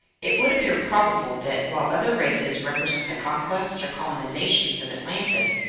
it would appear probable that, while other races represent the conquests or colonizations of atlantis,